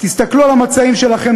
תסתכלו על המצעים שלכם,